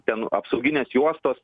ten apsauginės juostos